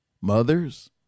Mothers